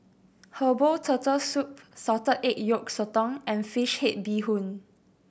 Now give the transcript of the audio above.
herbal Turtle Soup salted egg yolk sotong and fish head bee hoon